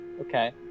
Okay